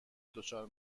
دچار